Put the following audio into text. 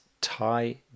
Thai